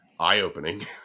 eye-opening